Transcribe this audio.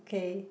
okay